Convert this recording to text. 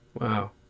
Wow